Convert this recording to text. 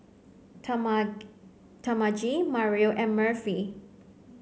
Talmage Mario and Murphy